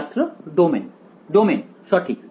ছাত্র domain domain সঠিক